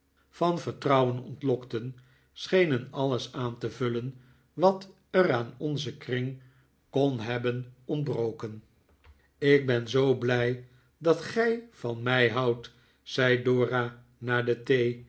van vertrouwen ontlokten schenen alles aan te vullen wat er aan onzen kring kon hebben ontbroken ik ben zoo blij dat gij van mij houdt zei dora na de